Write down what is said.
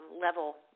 level